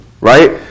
right